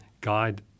guide